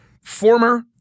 former